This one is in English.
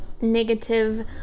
negative